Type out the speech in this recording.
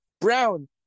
Brown